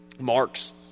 marks